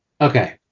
Okay